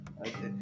Okay